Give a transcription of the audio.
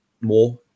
more